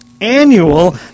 annual